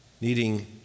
needing